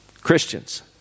Christians